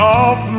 off